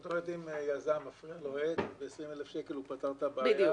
את אומרת, ב-20,000 שקלים היזם פתר את הבעיה.